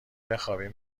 بخوابیم